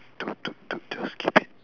dude dude dude just keep it